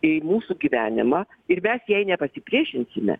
į mūsų gyvenimą ir mes jai nepasipriešinsime